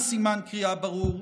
עם סימן קריאה ברור,